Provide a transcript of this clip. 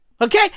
Okay